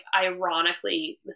ironically